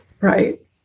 Right